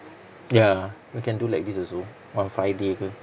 ya we can do like this also on friday ke